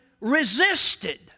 resisted